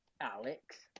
Alex